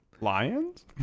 Lions